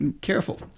careful